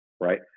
right